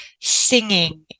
singing